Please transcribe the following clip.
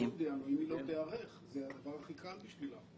אם היא לא תיערך זה יהיה הדבר הכי קל בשבילה.